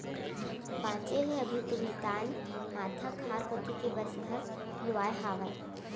बांचे हे अभी तो मितान माथा खार कोती के बस हर लुवाय हावय